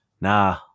nah